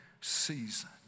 season